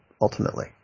ultimately